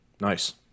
Nice